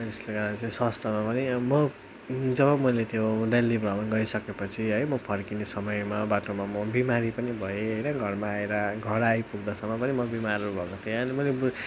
यसले गर्दा चाहिँ स्वास्थ्यमा पनि अब म जब मैले त्यो दिल्ली भ्रमण गरिसकेपछि है म फर्किने समयमा बाटोमा म बिमारी पनि भएँ घरमा आएर घर आइपुग्दासम्म पनि म बिमारहरू भएको थिएँ अन्त मैले बुझेँ